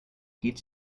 heat